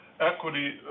equity